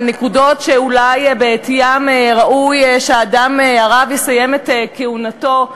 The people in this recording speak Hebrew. הנקודות שאולי בעטיין ראוי שהרב יסיים את כהונתו?